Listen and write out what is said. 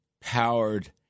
powered